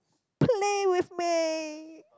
play with me